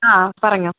ആ പറഞ്ഞോളൂ